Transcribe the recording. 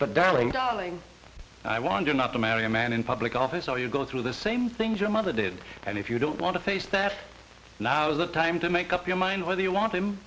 but darling darling i wanted not to marry a man in public office are you going through the same things your mother did and if you don't want to face their now's the time to make up your mind whether you want him